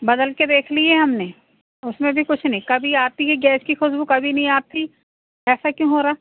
बदल के देख लिए हमने उसमें भी कुछ नहीं कभी आती है गैस की खुशबू कभी नहीं आती ऐसा क्यों हो रहा